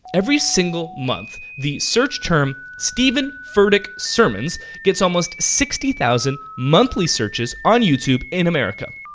every single month, the search term steven furtick sermons gets almost sixty thousand monthly searches on youtube in america.